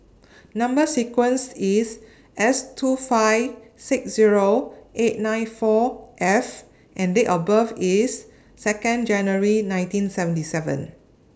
Number sequence IS S two five six Zero eight nine four F and Date of birth IS Second January nineteen seventy seven